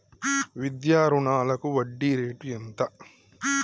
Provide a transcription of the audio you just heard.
విద్యా రుణాలకు వడ్డీ రేటు ఎంత?